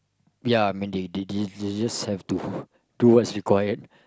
ya I mean they they they just have to do what is required